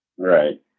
Right